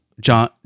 John